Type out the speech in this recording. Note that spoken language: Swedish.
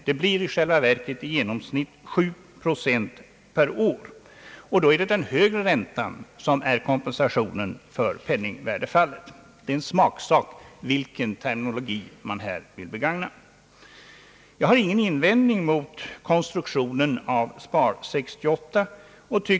Räntan blir i själva verket i genomsnitt 7 procent per år, och då är det den högre räntan som utgör kompensation för penningvärdefallet. Det är en smaksak vilken terminologi man här vill använda. Jag har ingen invändning att göra mot konstruktionen av Spar 68.